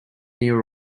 near